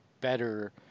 better